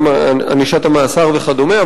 גם ענישת המאסר וכדומה,